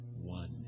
one